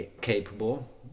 capable